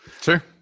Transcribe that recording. Sure